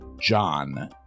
John